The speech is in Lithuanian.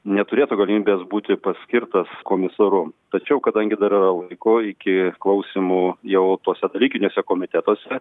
neturėtų galimybės būti paskirtas komisaru tačiau kadangi dar yra laiko iki klausimų jau tuose dalykiniuose komitetuose